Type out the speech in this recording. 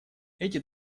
эти